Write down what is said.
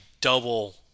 double